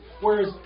Whereas